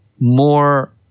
More